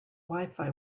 wifi